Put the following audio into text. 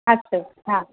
अस्तु हा